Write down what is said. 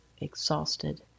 exhausted